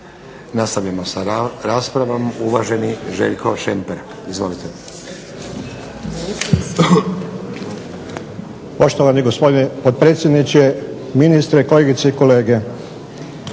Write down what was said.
Nastavljamo sa raspravom, uvaženi Željko Šemper.